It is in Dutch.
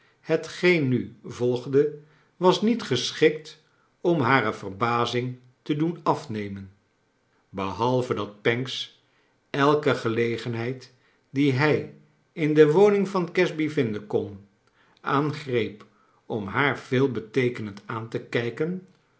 hetgeen nu volgde was niet geschikt om hare verbazing te doen afnemen behalve dat pancks elke gelegenheid die hij in de woning van casby vinden kon aan j greep om haar veelbeteekenend aan te kijken